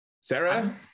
Sarah